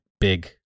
big